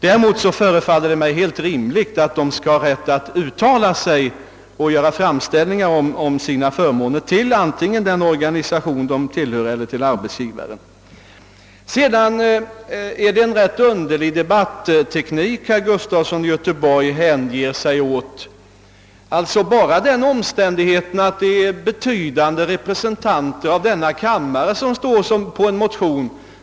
Däremot förefaller det mig helt rimligt att de skall ha rätt att uttala sig och göra framställningar beträffande sina medlemmars förmåner, antingen till den organisation de tillhör eller till arbetsgivaren. Jag tycker att herr Gustafson i Göteborg hänger sig åt en ganska underlig debatteknik när han förmenar att riksdagens ledamöter skall upphöra att tänka själva så snart några betydande representanter för denna kammare väcker en motion.